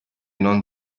non